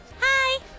Hi